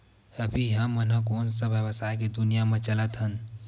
अभी हम ह कोन सा व्यवसाय के दुनिया म चलत हन?